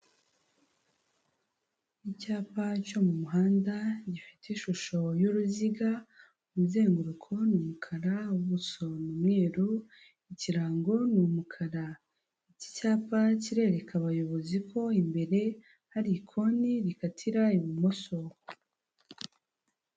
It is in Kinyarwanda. Icyapa cyo mu muhanda gifite ishusho y'uruziga, umuzenguruko ni umukara, ubuso ni umweru, ikirango ni umukara. Iki cyapa kirereka abayobozi ko imbere hari koni rikatira ibumoso.